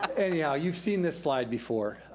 anyhow, you've seen this slide before.